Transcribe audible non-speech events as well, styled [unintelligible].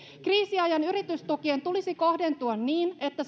kriisiajan yritystukien tulisi kohdentua niin että [unintelligible]